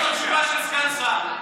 זו לא תשובה של סגן שר.